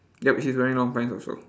yup he's wearing long pants also